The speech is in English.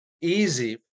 easy